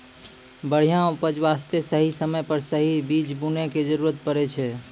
बढ़िया उपज वास्तॅ सही समय पर सही बीज बूनै के जरूरत पड़ै छै